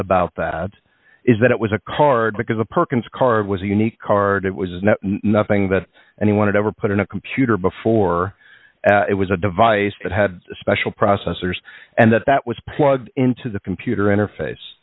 about that is that it was a card because the perkins card was a unique card it was nothing that anyone had ever put in a computer before it was a device that had special processors and that that was plugged into the computer interface